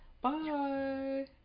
bye